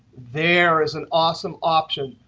there is an awesome option.